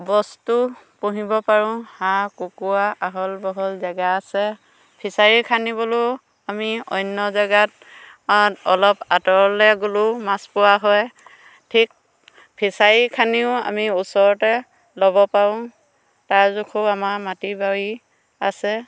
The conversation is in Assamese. বস্তু পুহিব পাৰোঁ হাঁহ কুকুৰা আহল বহল জেগা আছে ফিচাৰী খান্দিবলৈও আমি অন্য জেগাত অলপ আঁতৰলে গ'লেও মাছ পোৱা হয় ঠিক ফিচাৰী খান্দিও আমি ওচৰতে ল'ব পাৰোঁ তাৰ জোখৰো আমাৰ মাটি বাৰী আছে